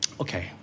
Okay